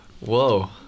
Whoa